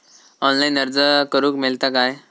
Online अर्ज करूक मेलता काय?